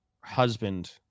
husband